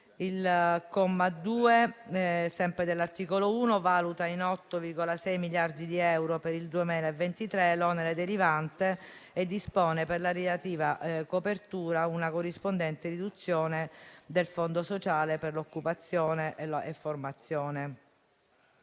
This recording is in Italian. Il comma 2 dell'articolo 1 valuta in 8,6 miliardi di euro per il 2023 l'onere derivante e dispone, per la relativa copertura, una corrispondente riduzione del Fondo sociale per occupazione e formazione.